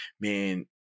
man